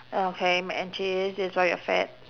okay mac and cheese this why you're fat